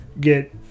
get